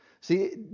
See